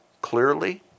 clearly